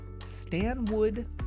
Stanwood